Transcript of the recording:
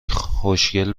خوشگل